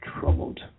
troubled